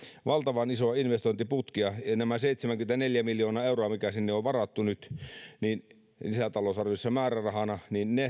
valtavan isoa investointiputkea ja nämä seitsemänkymmentäneljä miljoonaa euroa mitkä sinne on varattu nyt lisätalousarviossa määrärahana